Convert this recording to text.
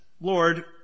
Lord